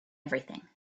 everything